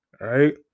right